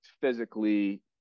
physically